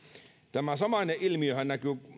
tämä samainen ilmiöhän näkyy